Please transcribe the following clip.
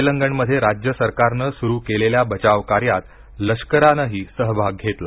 तेलंगणमध्ये राज्य सरकारनं स्रू केलेल्या बचाव कार्यात लष्करानंही सहभाग घेतला